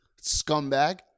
Scumbag